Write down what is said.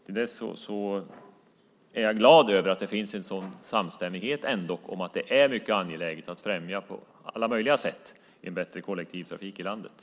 Till dess är jag glad över att det ändock finns en sådan samstämmighet. Det är mycket angeläget att på alla möjliga sätt främja en bättre kollektivtrafik i landet.